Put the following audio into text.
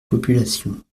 populations